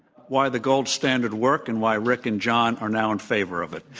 why the gold standard worke and why rick and john are now in favor of it.